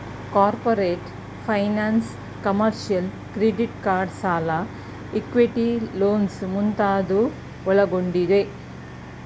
corporate finance, commercial, credit card ಸಾಲ, equity loans ಮುಂತಾದವು ಒಳಗೊಂಡಿದೆ